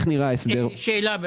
שאלה,